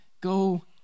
go